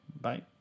Bye